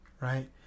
right